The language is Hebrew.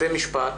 בתי משפט,